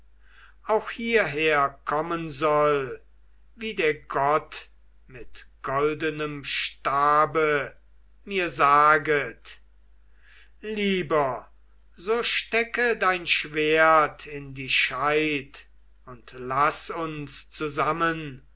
auch hierher kommen soll wie der gott mit goldenem stabe mir saget lieber so stecke dein schwert in die scheid und laß uns zusammen